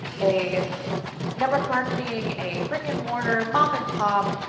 a network marketing, a brick and mortar, mom and pop,